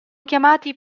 chiamati